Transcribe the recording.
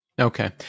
Okay